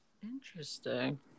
interesting